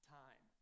time